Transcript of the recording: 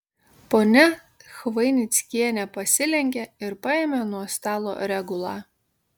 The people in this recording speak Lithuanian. ponia chvainickienė pasilenkė ir paėmė nuo stalo regulą